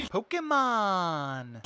Pokemon